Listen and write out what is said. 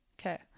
Okay